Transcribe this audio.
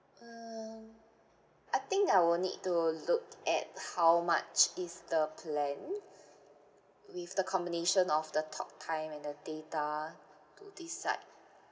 um I think I will need to look at how much is the plan with the combination of the talk time and the data to decide